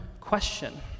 question